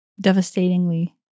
devastatingly